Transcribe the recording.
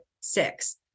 six